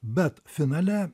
bet finale